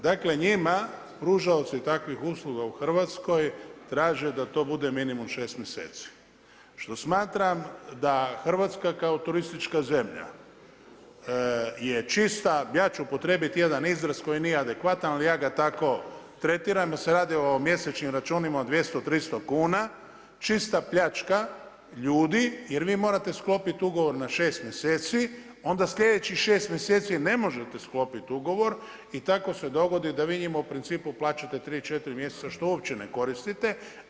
Dakle njima, pružaocu takvih usluga u Hrvatskoj traže da to bude minimum 6 mjeseci što smatram da Hrvatska kao turistička zemlja je čista ja ću upotrijebiti jedan izraz koji nije adekvatan, ali ja ga tako tretiram jer se radi o mjesečnim računima od 200, 300 kuna čista pljačka ljudi jer vi morate sklopiti ugovor na šest mjeseci, onda sljedećih šest mjeseci ne možete sklopiti ugovor i tako se dogodi da vi njima u principu plaćate tri, četiri mjeseca što uopće ne koristite.